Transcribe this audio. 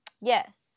Yes